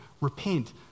Repent